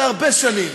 שהרבה שנים